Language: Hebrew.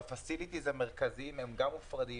שה-facilities המרכזיים גם מופרדים,